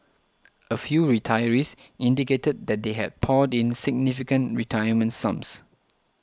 a few retirees indicated that they had poured in significant retirement sums